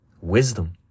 Wisdom